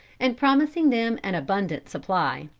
and promising them an abundant supply.